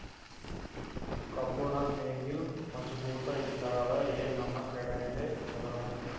ಕಬ್ಬುಣದ್ ನೇಗಿಲ್ ಮಜಬೂತ ಇರತದಾ, ಏನ ನಮ್ಮ ಕಟಗಿದೇ ಚಲೋನಾ?